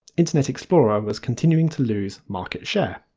internet explorer was continuing to lose market share.